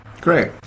Great